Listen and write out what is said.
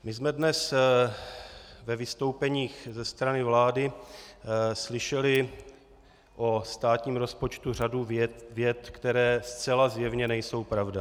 My jsme dnes ve vystoupeních ze strany vlády slyšeli o státním rozpočtu řadu vět, které zcela zjevně nejsou pravda.